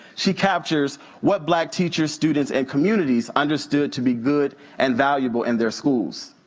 she captures what black teachers, students and communities understood to be good and valuable in their schools.